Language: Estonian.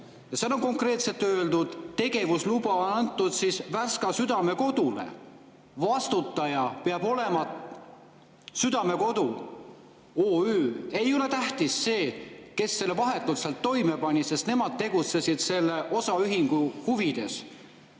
Seal on konkreetselt öeldud: tegevusluba on antud Värska Südamekodule. Vastutaja peab olema Südamekodu OÜ. Ei ole tähtis see, kes selle [teo] vahetult seal toime pani, sest nemad tegutsesid selle osaühingu huvides.